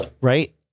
right